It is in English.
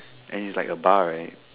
and it's like a bar right